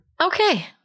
okay